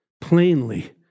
plainly